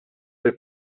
bil